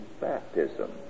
baptism